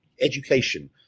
education